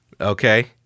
Okay